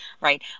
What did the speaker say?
right